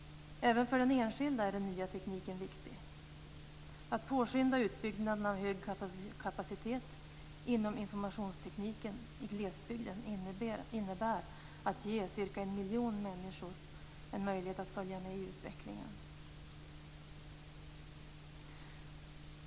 Även för den enskilde är den nya tekniken viktig. Att påskynda utbyggnaden till en hög kapacitet inom informationstekniken i glesbygden innebär att ca 1 miljon människor ges en möjlighet att följa med i utvecklingen.